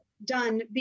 done